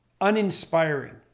uninspiring